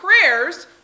prayers